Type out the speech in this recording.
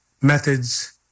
methods